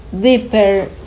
deeper